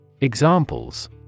Examples